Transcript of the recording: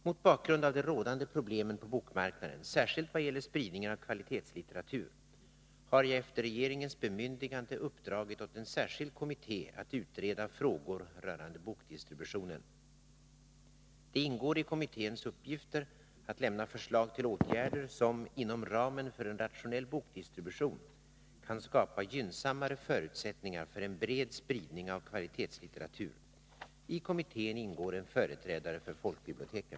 Mot bakgrund av de rådande problemen på bokmarknaden, särskilt vad gäller spridningen av kvalitetslitteratur, har jag efter regeringens bemyndigande uppdragit åt en särskild kommitté att utreda frågor rörande bokdistributionen. Det ingår i kommitténs uppgifter att lämna förslag till åtgärder som — inom ramen för en rationell bokdistribution — kan skapa gynnsammare förutsättningar för en bred spridning av kvalitetslitteratur. I kommittén ingår en företrädare för folkbiblioteken.